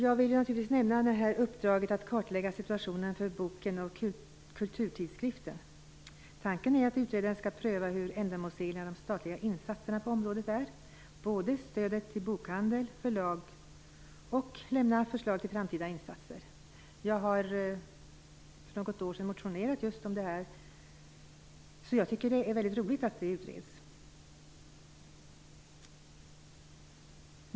Jag vill naturligtvis nämna uppdraget att kartlägga situationen för boken och kulturtidskriften. Tanken är att utredaren skall pröva hur ändamålsenliga de statliga insatserna på området är, både stödet till bokhandel och till förlag, samt lämna förslag till framtida insatser. Jag har för något år sedan motionerat just om det här, så jag tycker att det är roligt att det utreds.